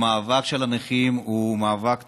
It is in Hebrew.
המאבק של הנכים הוא מאבק צודק,